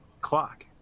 Clock